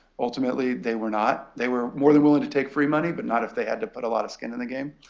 ultimately, they were not. they were more than willing to take free money, but not if they had to put a lot of skin in the game.